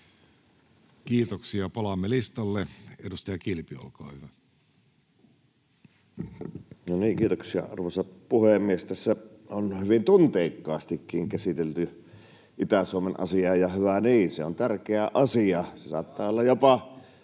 toiseksi lisätalousarvioksi Time: 15:34 Content: Kiitoksia, arvoisa puhemies! Tässä on hyvin tunteikkaastikin käsitelty Itä-Suomen asiaa, ja hyvä niin. Se on tärkeä asia. Se saattaa olla jopa